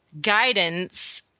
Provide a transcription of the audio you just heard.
guidance